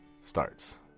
starts